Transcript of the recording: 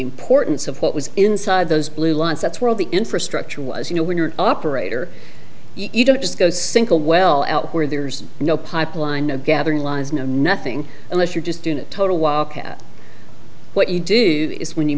importance of what was inside those blue lines that's where all the infrastructure was you know when you're an operator you don't just go single well out where there's no pipeline no gathering lines no nothing unless you're just doing a total walk at what you do when you